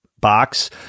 Box